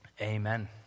Amen